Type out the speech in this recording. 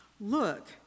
look